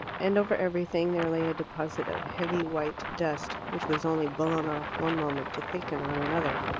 and over everything there lay a deposit of heavy white dust, which was only blown off one moment to thicken on another.